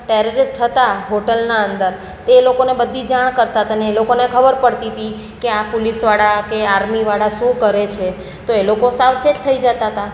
terrorist હતા હોટલના અંદર તે લોકોને બધી જાણ કરતા તા ને એ લોકોને ખબર પડતી હતી કે આ પોલીસવાળા કે આર્મીવાળા શું કરે છે તો એ લોકો સાવચેત થઈ જતા હતા